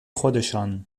خودشان